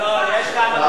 רק